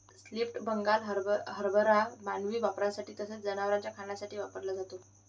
split Bengal हरभरा मानवी वापरासाठी तसेच जनावरांना खाण्यासाठी वापरला जातो